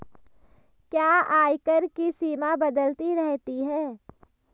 क्या आयकर की सीमा बदलती रहती है?